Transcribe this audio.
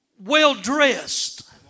well-dressed